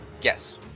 yes